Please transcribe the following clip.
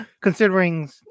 considering